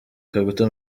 kaguta